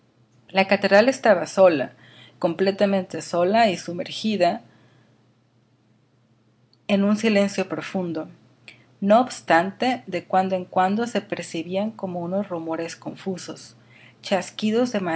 la catedral estaba sola completamente sola y sumergida en un silencio profundo no obstante de cuando en cuando se percibían como unos rumores confusos chasquidos